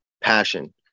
passion